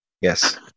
Yes